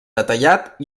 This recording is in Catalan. detallat